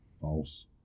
false